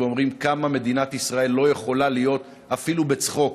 ואומרים כמה מדינת ישראל לא יכולה להיות אפילו בצחוק